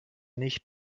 nicht